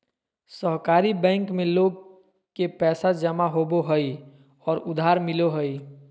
सहकारी बैंक में लोग के पैसा जमा होबो हइ और उधार मिलो हइ